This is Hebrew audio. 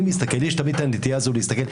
לי יש תמיד את הנטייה להסתכל,